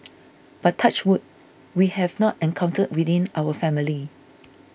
but touch wood we have not encountered within our family